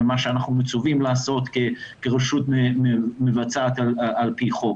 ומה שאנחנו מצווים לעשות כרשות מבצעת על פי החוק.